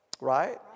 Right